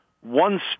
one